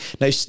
Now